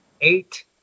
eight